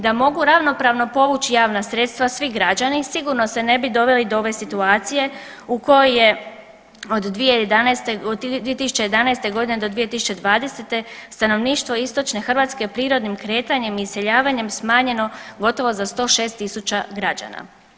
Da mogu ravnopravno povući javna sredstva svi građani sigurno se ne bi doveli do ove situacije u kojoj je od 2011., od 2011. godine do 2020. stanovništvo istočne Hrvatske prirodnim kretanjem i iseljavanjem smanjeno gotovo za 106.00 građana.